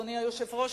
אדוני היושב-ראש,